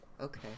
Okay